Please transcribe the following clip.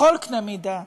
בכל קנה מידה,